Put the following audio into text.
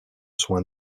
soin